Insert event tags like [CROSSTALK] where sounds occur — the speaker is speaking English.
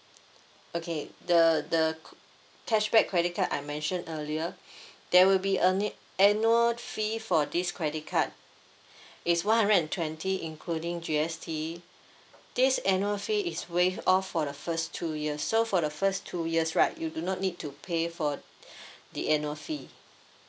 okay the the co~ cashback credit card I mentioned earlier there will be a na~ annual fee for this credit card it's one hundred and twenty including G_S_T this annual fee is waived off for the first two years so for the first two years right you do not need to pay for [BREATH] the annual fee